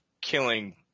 killing